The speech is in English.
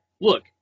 Look